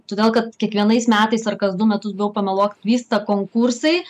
todėl kad kiekvienais metais ar kas du metus bijau pameluot vyksta konkursai